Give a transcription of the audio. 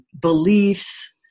beliefs